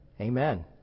Amen